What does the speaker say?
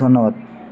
ধন্যবাদ